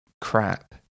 crap